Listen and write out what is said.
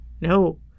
no